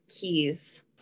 keys